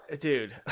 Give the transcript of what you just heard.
dude